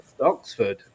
Oxford